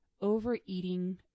overeating